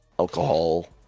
Alcohol